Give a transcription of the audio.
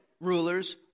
rulers